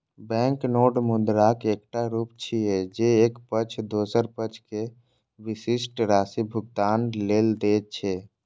banknote मुद्राक एकटा रूप छियै, जे एक पक्ष दोसर पक्ष कें विशिष्ट राशि भुगतान लेल दै छै